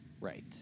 Right